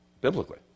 biblically